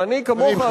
אני כמוך,